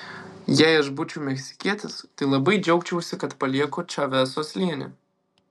jei aš būčiau meksikietis tai labai džiaugčiausi kad palieku čaveso slėnį